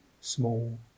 small